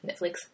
Netflix